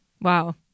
Wow